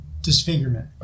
disfigurement